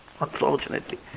unfortunately